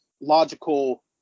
logical